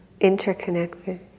interconnected